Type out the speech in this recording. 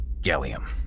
Gallium